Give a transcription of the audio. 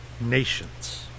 nations